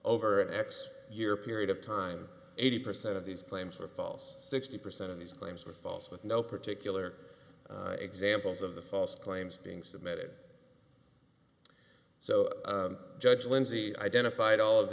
over x year period of time eighty percent of these claims were false sixty percent of these claims were false with no particular examples of the false claims being submitted so judge lindsey identified all of